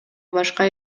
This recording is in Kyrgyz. башка